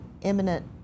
imminent